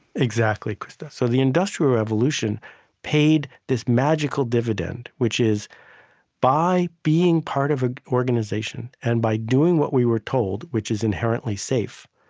exactly, krista. so the industrial revolution paid this magical dividend, which is by being part of ah organization and by doing what we were told, which is inherently safe,